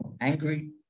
angry